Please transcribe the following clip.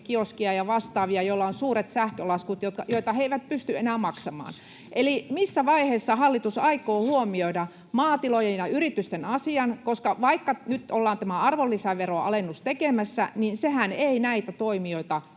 ja vastaavia, joilla on suuret sähkölaskut, joita he eivät pysty enää maksamaan. Eli missä vaiheessa hallitus aikoo huomioida maatilojen ja yritysten asian? Vaikka nyt ollaan tekemässä tämä arvonlisäveron alennus, niin sehän ei näitä toimijoita